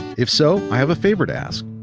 if so, i have a favor to ask.